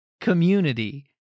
community